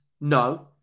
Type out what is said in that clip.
No